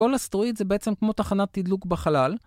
כל אסטרואיד זה בעצם כמו תחנת תדלוק בחלל.